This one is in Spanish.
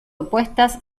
opuestas